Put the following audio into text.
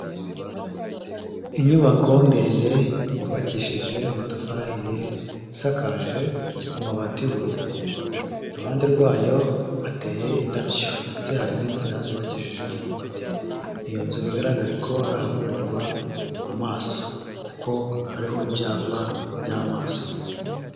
Inyubako ndende, yubakishije amatafari ahiye, isakaje amabati y'ubururu. Iruhande rwayo, hateye indabyo ndetse hari n'inzira zubakishije amapave. Iyo nzu bigaragare ko ari ahavurirwa amaso kuko hariho ibyapa by'amaso.